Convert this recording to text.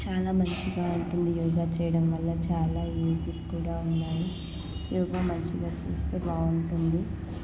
చాలా మంచిగా ఉంటుంది యోగా చేయడం వల్ల చాలా యూజెస్ కూడా ఉన్నాయి యోగా మంచిగా చేస్తే బాగుంటుంది